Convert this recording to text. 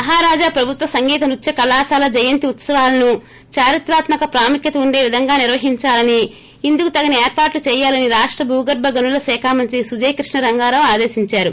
మహారాజ ప్రభుత్వ సంగీత నృత్య కళాశాల జయంతి ఉత్సవాలను దారిత్రాత్మక ప్రాముఖ్యత ఉండే విధంగా నిర్వహించాలని ఇందుకు తగిన ఏర్పాట్లు చేయాలని రాష్ల భూగర్ప గనుల శాక మంత్రి సుజయ్ కృష్ణ రంగారావు ఆదేశిందారు